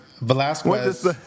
Velasquez